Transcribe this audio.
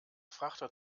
frachter